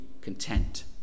content